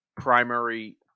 primary